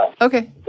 Okay